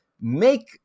make